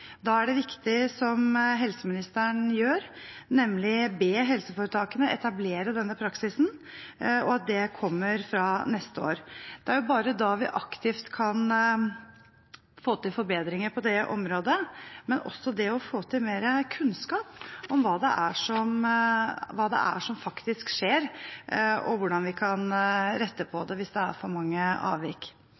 helseministeren gjør, å be helseforetakene om å etablere denne praksisen, og det kommer fra neste år. Det er bare da vi aktivt kan få til forbedringer på det området, men også få mer kunnskap om hva det er som faktisk skjer, og hvordan vi kan rette på det hvis det er for mange avvik.